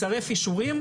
מצרף אישורים,